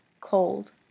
cold